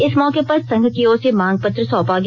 इस मौके पर संघ की ओर से मांग पत्र सौंपा गया